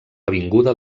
avinguda